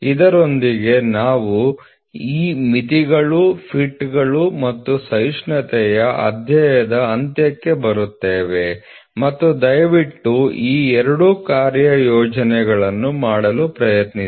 ಇದರೊಂದಿಗೆ ನಾವು ಈ ಮಿತಿಗಳು ಫಿಟ್ಗಳು ಮತ್ತು ಸಹಿಷ್ಣುತೆಯ ಅಧ್ಯಾಯದ ಅಂತ್ಯಕ್ಕೆ ಬರುತ್ತೇವೆ ಮತ್ತು ದಯವಿಟ್ಟು ಈ ಎರಡು ಕಾರ್ಯಯೋಜನೆಗಳನ್ನು ಮಾಡಲು ಪ್ರಯತ್ನಿಸಿ